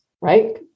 right